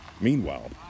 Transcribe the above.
Meanwhile